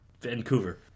vancouver